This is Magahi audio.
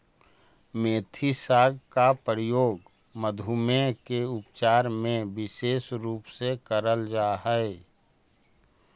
मेथी साग का प्रयोग मधुमेह के उपचार में विशेष रूप से करल जा हई